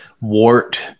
wart